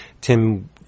Tim